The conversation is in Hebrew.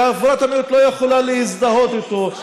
וחברת המיעוט לא יכולה להזדהות איתו.